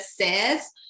says